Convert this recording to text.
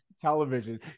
television